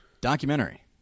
Documentary